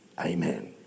amen